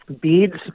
beads